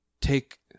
Take